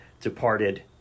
Departed